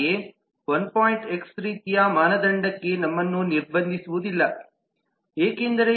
X ರೀತಿಯ ಮಾನದಂಡಕ್ಕೆ ನಮ್ಮನ್ನು ನಿರ್ಬಂಧಿಸುವುದಿಲ್ಲ ಏಕೆಂದರೆ 2